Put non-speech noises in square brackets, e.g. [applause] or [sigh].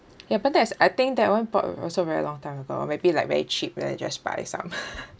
ya but that is I think that one bought also very long time ago or maybe like very cheap like that just buy some [laughs]